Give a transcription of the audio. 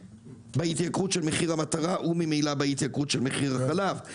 בהתייקרות של מחיר המטרה וממילא בהתייקרות של מחיר החלב.